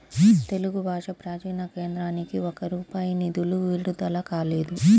తెలుగు భాషా ప్రాచీన కేంద్రానికి ఒక్క రూపాయి నిధులు విడుదల కాలేదు